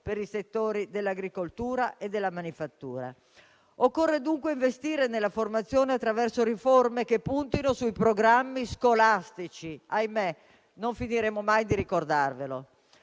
per i settori dell'agricoltura e della manifattura. Occorre dunque investire nella formazione attraverso riforme che puntino sui programmi scolastici (ahimè, non finiremo mai di ricordarvelo).